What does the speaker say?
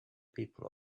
people